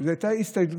זו הייתה הסתייגות